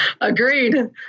Agreed